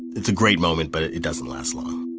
it's a great moment, but it it doesn't last long